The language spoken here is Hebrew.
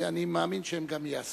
ואני מאמין שהם גם ייעשו.